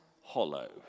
hollow